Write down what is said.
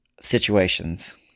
situations